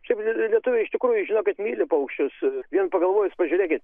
šiaip lietuviai iš tikrųjų žino kad myli paukščius vien pagalvojus pažiūrėkit